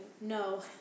no